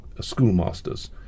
schoolmasters